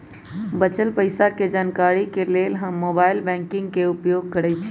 बच्चल पइसा के जानकारी के लेल हम मोबाइल बैंकिंग के उपयोग करइछि